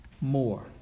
more